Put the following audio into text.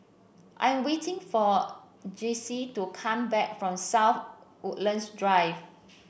I am waiting for Jayce to come back from South Woodlands Drive